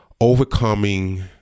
overcoming